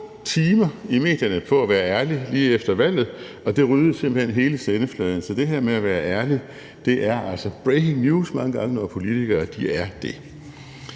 timer i medierne på at være ærlig lige efter valget, og det ryddede simpelt hen hele sendefladen. Så det her med at være ærlig er altså mange gange breaking news, når politikere er det.